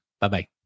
Bye-bye